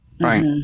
Right